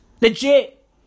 Legit